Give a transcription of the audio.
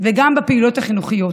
וגם בפעילויות החינוכיות,